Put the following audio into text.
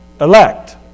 elect